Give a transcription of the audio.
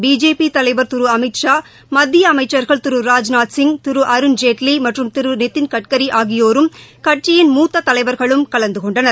பிஜேபிதலைவர் திருஅமித் ஷா மத்தியஅமைச்சர்கள் திரு ராஜ்நாத் சிங் திருஅருண் ஜேட்லிமற்றும் திருநிதின் கட்கரிஆகியோரும் கட்சியின் மூத்ததலைவர்களும் கலந்த்கொண்டனர்